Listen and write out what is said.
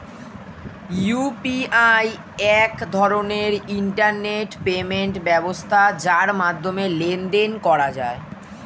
UPI এক ধরনের internet payment ব্যবস্থা যার মাধ্যমে লেনদেন করা যায়